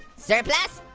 surplus?